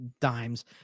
Dimes